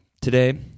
today